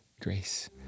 grace